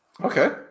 Okay